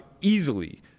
easily